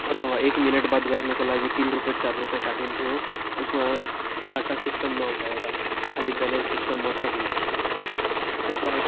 अथवा एक मिनट बात गर्नुको लागि तिन रुपियाँ चार रुपियाँ काटिन्थ्यो जसमा डाटा सिस्टम नभएर खालि ब्यालेन्स सिस्टम मात्र हुन्थ्यो त्यसबाहेक